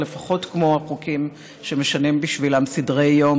לפחות כמו החוקים שמשנים בשבילם סדרי-יום,